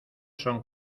son